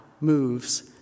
moves